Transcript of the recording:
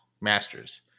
masters